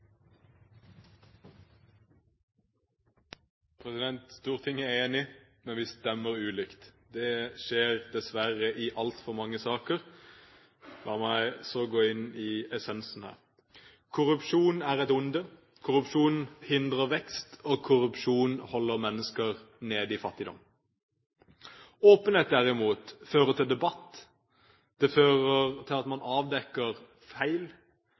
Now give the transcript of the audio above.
enig, men vi stemmer ulikt. Det skjer dessverre i altfor mange saker. La meg så gå inn i essensen her. Korrupsjon er et onde, korrupsjon hindrer vekst, og korrupsjon holder mennesker nede i fattigdom. Åpenhet, derimot, fører til debatt, det fører til at man avdekker feil,